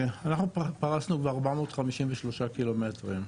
אנחנו פרסנו כבר 453 קילומטרים.